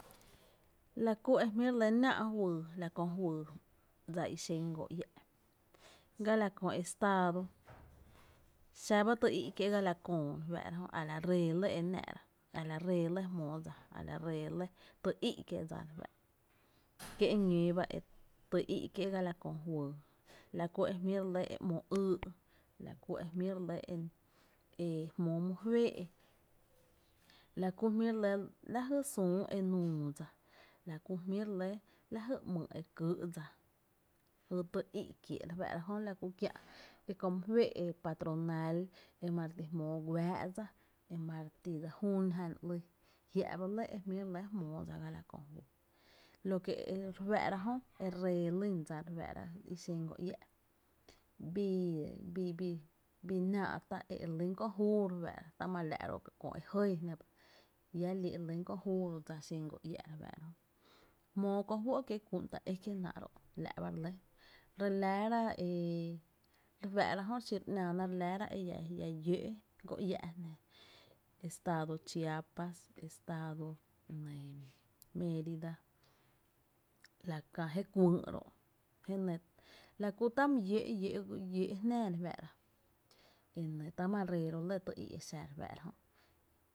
La ku e jmí’ re lɇ ‘náá’ juyy la köö juyy dsa i xen goiä’ ga la köö estado xa ba tý i’ kiee’ ga la köö re fáá’ra jö, a la ree e lɇ e náá’ra, a la ree lɇ e jmóo dsa a la re e lɇ tý í’ kiéé’ dsa re fáá’ra, ki e ñóo ba tý ‘i’ kie’ ga la köö juyy, la kú e jmí’ re lɇ e ‘mo ýý’, la ku e jmí’ re lɇ e jmóo my fee’, la ku jmí’ re lɇ la jy süü e nuu dsa, la ku jmí’ re lɇ lñajy ‘myy e kyy’ dsa, lajy tý íí’ kié’ re fáá’ra jö la ku kiä’ öö my féé’ patronal, ejmóo güáá’ dsa e mareti dse jún jan ‘lyy jia’ ba lɇ e jmí’ re lɇ jmóo dsa ga la köö juyy, la ku ma re jún jan ‘lyy, lo que e re fáá’ra jö e ree lyn dsa re fáá’ra jö e ree lýn dsa i xen go iä’ bii bi, bi náá’tá’ e re lýn köö júu re fáá’ra ta ma laa’ ro köö e jɇɇ jná ba llá lii’ re lý köö júu dsa xen go iä’ re fáá’ra jö, jmóo ko juo’ kiee’ kú’n ta ekie’ náá’ ró’, la’ ba re lɇ. Re láára e re fáá’ra jö xiro ‘nⱥⱥ na re laá´ra e llá llǿǿ’ go iä’ jnaa estado Chiapas, estado Mérida, la käá re kuïï’ ro’ la ku tá’ my llóó’ llóó’ jnáá re faá’ra e nɇ ta má’ ree ro lɇ tý i’ e xa re fáá’ra